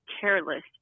careless